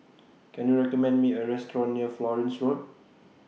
Can YOU recommend Me A Restaurant near Florence Road